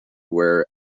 were